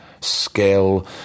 skill